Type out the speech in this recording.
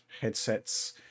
headsets